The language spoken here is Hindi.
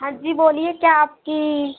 हाँ जी बोलिए क्या आपकी